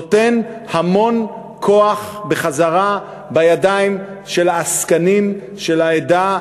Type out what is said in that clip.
נותן המון כוח בחזרה בידיים של העסקנים של העדה,